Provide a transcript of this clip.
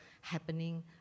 Happening